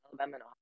Alabama